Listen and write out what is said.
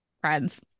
friends